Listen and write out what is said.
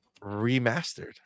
remastered